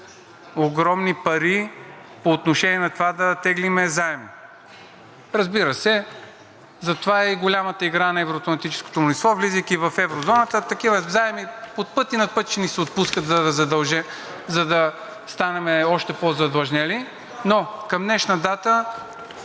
огромни пари по отношение на това да теглим заем. Разбира се, затова е и голямата игра на евро-атлантическото мнозинство – влизайки в еврозоната, такива заеми под път и над път ще ни се отпускат, за да станем още по-задлъжнели. Към днешна дата